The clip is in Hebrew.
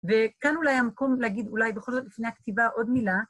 וכאן אולי המקום להגיד אולי בכל זאת לפני הכתיבה עוד מילה.